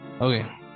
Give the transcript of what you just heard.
Okay